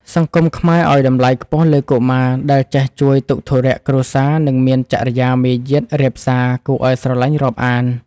សង្គមខ្មែរឱ្យតម្លៃខ្ពស់លើកុមារដែលចេះជួយទុក្ខធុរៈគ្រួសារនិងមានចរិយាមារយាទរាបសារគួរឱ្យស្រឡាញ់រាប់អាន។